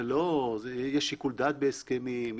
יש שיקול דעת בהסכמים,